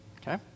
okay